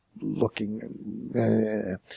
looking